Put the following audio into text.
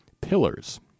pillars